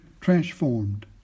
transformed